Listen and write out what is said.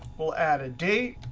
we'll add a date,